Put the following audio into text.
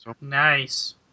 Nice